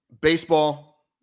Baseball